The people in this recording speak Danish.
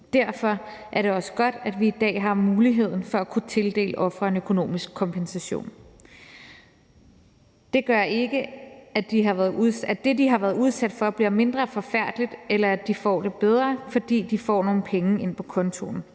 Derfor er det også godt, at vi i dag har muligheden for at kunne tildele ofrene økonomisk kompensation. Det gør ikke, at det, de har været udsat for, bliver mindre forfærdeligt, eller at de får det bedre, fordi de får nogle penge ind på kontoen,